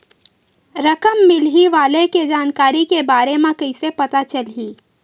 रकम मिलही वाले के जानकारी के बारे मा कइसे पता चलही?